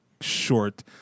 short